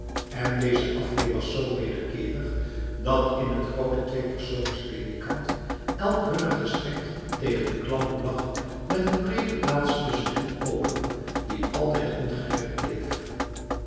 en deze afkeer was zo wederkerig dat in het grote tweepersoonsledikant elk hunner gestrekt tegen de klamboe lag met een brede plaats tussen hen open die altijd ongerept bleefl